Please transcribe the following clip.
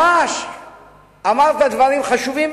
שאמרת ממש דברים חשובים,